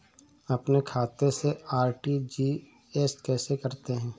अपने खाते से आर.टी.जी.एस कैसे करते हैं?